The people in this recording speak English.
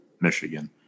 Michigan